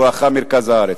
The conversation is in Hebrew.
בואכה מרכז הארץ.